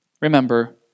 remember